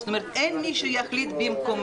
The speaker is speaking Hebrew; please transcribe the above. זאת אומרת שאין מי שיחליט במקומנו,